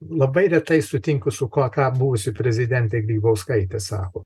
labai retai sutinku su kuo ką buvusi prezidentė grybauskaitė sako